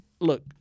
Look